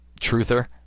truther